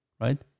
right